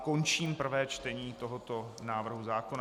Končím prvé čtení tohoto návrhu zákona.